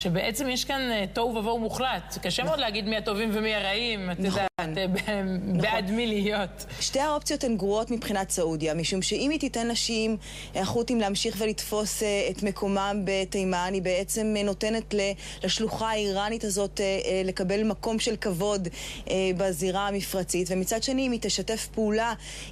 שבעצם יש כאן תוהו ובוהו מוחלט, קשה מאוד להגיד מי הטובים ומי הרעים, נכון, את יודעת, נכון, בעד מי להיות. שתי האופציות הן גרועות מבחינת סעודיה משום שאם היא תתן לשיעים הח'ותים להפסיק לתפוס את מקומם בתימן היא בעצם נותנת ל.. לשלוחה האירנית הזאת לקבל מקום של כבוד בזירה המפרצית ומצד שני אם היא תשתף פעולה